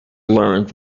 learned